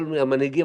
כל המנהיגים,